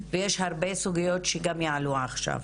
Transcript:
ויש הרבה סוגיות שיעלו גם עכשיו.